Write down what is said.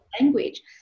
language